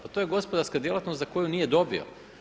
Pa to je gospodarska djelatnost za koju nije dobio.